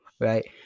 right